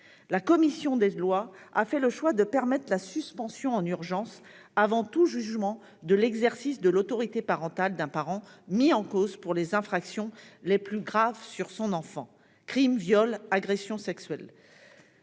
La commission des lois a fait le choix d'autoriser la suspension en urgence, avant tout jugement, de l'exercice de l'autorité parentale d'un parent mis en cause pour les infractions les plus graves sur son enfant- crime, viol et agression sexuelle.